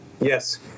Yes